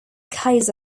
case